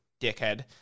dickhead